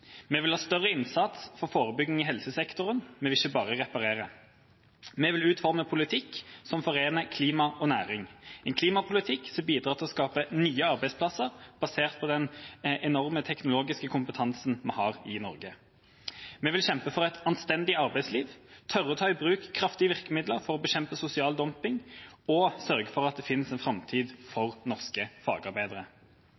Vi vil ha større innsats for forebygging i helsesektoren. Vi vil ikke bare reparere. Vi vil utforme politikk som forener klima og næring – en klimapolitikk som bidrar til å skape nye arbeidsplasser basert på den enorme teknologiske kompetansen vi har i Norge. Vi vil kjempe for et anstendig arbeidsliv, tørre å ta i bruk kraftige virkemidler for å bekjempe sosial dumping og sørge for at det finnes en framtid